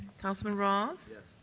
councilman roth. yes.